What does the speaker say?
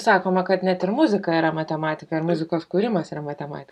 sakoma kad net ir muzika yra matematika ir muzikos kūrimas yra matematika